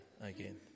again